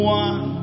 one